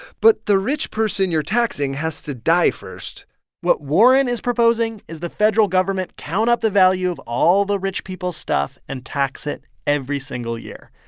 but the rich person you're taxing has to die first what warren is proposing is the federal government count up the value of all the rich people's stuff and tax it every single year.